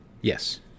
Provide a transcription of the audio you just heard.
Yes